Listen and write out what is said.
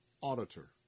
auditor